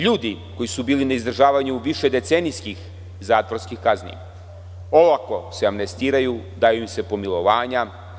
Ljudi koji su bili na izdržavanju višedecenijskih zatvorskih kazni olako se amnestiraju, daju im se pomilovanja.